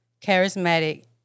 Charismatic